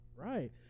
right